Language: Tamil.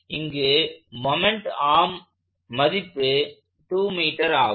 இங்கு மொமெண்ட் ஆர்ம் மதிப்பு 2m ஆகும்